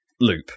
loop